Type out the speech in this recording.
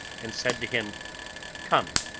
and said to him come,